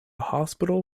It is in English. hospital